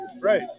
right